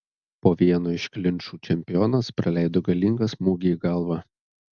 po vieno iš klinčų čempionas praleido galingą smūgį į galvą